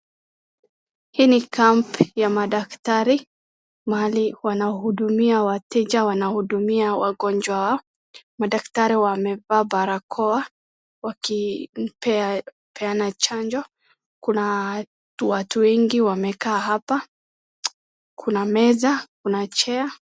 Hii ni camp ya madaktari mahali wanahudumia wateja wana hudumia wagonjwa wao madaktari wamevaa barakoa wakipeana chanjo kuna watu wengi wamekaa hapa kuna meza kuna chair .